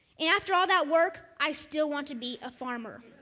and after all that work, i still want to be a farmer.